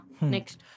Next